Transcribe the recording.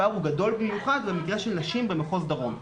הפער גדול במיוחד במקרה של נשים במחוז דרום.